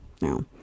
no